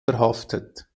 verhaftet